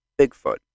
Bigfoot